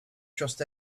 trust